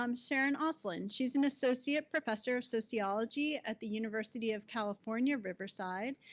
um sharon oslin. she's an associate professor of sociology at the university of california riverside,